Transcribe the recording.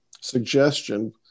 suggestion